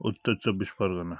Uttar Chabbish Pargana